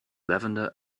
lavender